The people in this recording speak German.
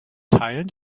teilen